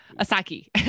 Asaki